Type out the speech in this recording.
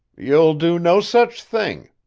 you'll do no such thing,